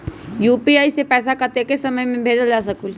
UPI से पैसा कतेक समय मे भेजल जा स्कूल?